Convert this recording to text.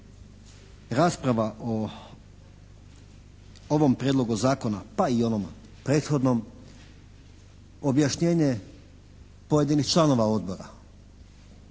rasprava o ovom prijedlogu zakona, pa i o ovom prethodnom, objašnjenje pojedinih članova odbora,